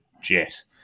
jet